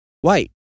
white